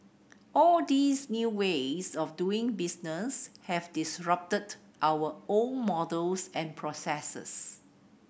all these new ways of doing business have disrupted our old models and processes